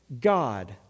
God